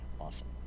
Awesome